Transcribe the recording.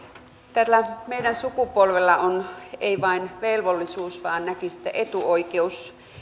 tällä meidän sukupolvellamme ei ole vain velvollisuus vaan näkisin etuoikeus